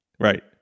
Right